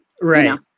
Right